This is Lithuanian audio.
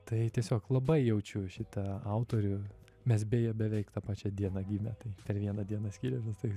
tai tiesiog labai jaučiu šitą autorių mes beje beveik tą pačią dieną gimę tai per vieną dieną skiriamės tai